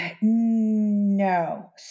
No